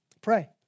Pray